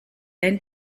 bent